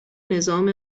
نظام